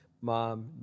mom